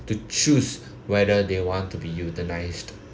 to choose whether they want to be euthanized